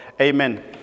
Amen